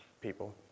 people